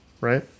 right